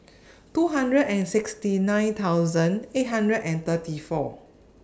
two hundred and sixty nine thousand eight hundred and thirty four